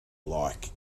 like